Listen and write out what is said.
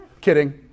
Kidding